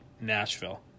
nashville